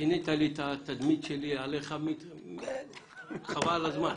שינית לי את התדמית שלי עליך, חבל על הזמן.